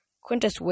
Quintus